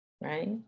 right